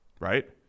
right